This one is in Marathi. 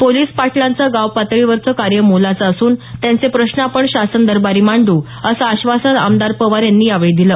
पोलीस पाटलांचं गाव पातळीवरचं कार्य मोलाचं असून त्यांचे प्रश्न आपण शासन दरबारी मांडू असं आश्वासन आमदार पवार यांनी यावेळी दिलं